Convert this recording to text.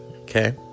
Okay